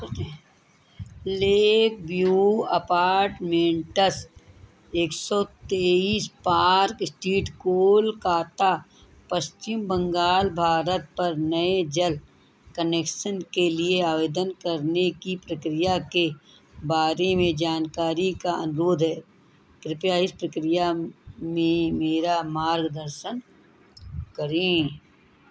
lake view apartments एक सौ तेइस पार्क स्ट्रीट कोलकाता पश्चिम बंगाल भारत पर नए जल कनेक्सन के लिए आवेदन करने की प्रक्रिया के बारे में जानकारी का अनुरोध है कृपया इस प्रक्रिया में मेरा मार्गदर्शन करें